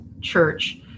church